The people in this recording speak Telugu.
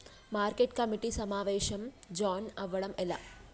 మార్కెట్ కమిటీ సమావేశంలో జాయిన్ అవ్వడం ఎలా?